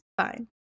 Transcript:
fine